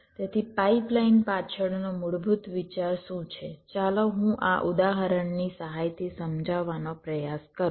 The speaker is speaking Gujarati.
તેથી પાઇપલાઇન પાછળનો મૂળભૂત વિચાર શું છે ચાલો હું આ ઉદાહરણની સહાયથી સમજાવવાનો પ્રયાસ કરું